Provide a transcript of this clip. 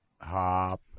Hop